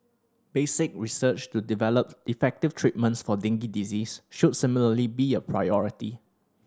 basic research to develop effective treatments for dengue disease should similarly be a priority